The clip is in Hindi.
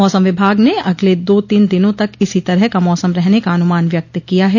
मौसम विभाग ने अगले दो तीन दिनों तक इसी तरह का मौसम रहन का अनुमान व्यक्त किया है